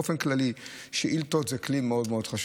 באופן כללי, שאילתות זה כלי מאוד מאוד חשוב.